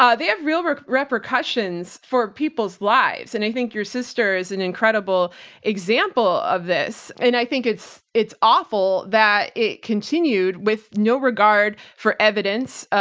um they have real real repercussions for people's lives. and i think your sister is an incredible example of this. and i think it's it's awful that it continued with no regard for evidence,